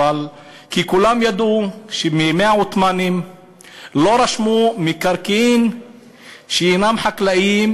כי כולם ידעו שמימי העות'מאנים לא רשמו מקרקעין שאינם חקלאיים,